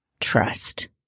trust